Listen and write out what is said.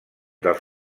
dels